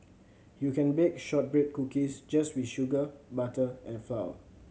you can bake shortbread cookies just with sugar butter and flour